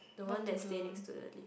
what to do